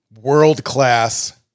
world-class